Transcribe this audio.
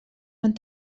van